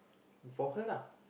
for her lah